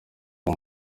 aho